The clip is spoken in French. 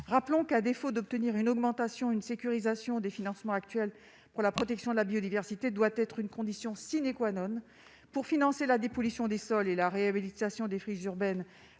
rappelons qu'à défaut d'obtenir une augmentation une sécurisation des financements actuels pour la protection de la biodiversité, doit être une condition sine qua non pour financer la dépollution des sols et la réhabilitation des friches urbaines,